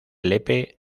lepe